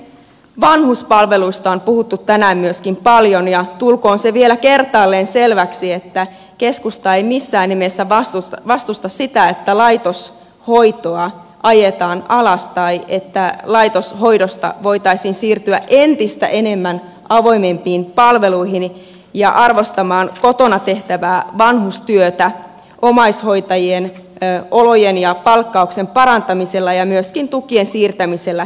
vanhuspalveluista on puhuttu tänään myöskin paljon ja tulkoon se vielä kertaalleen selväksi että keskusta ei missään nimessä vastusta sitä että laitoshoitoa ajetaan alas tai että laitoshoidosta voitaisiin siirtyä entistä enemmän avoimempiin palveluihin ja arvostamaan kotona tehtävää vanhustyötä omaishoita jien olojen ja palkkauksen parantamisella ja myöskin tukien siirtämisellä kelalle